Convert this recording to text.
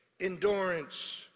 Endurance